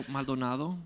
Maldonado